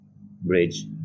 bridge